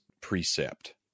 precept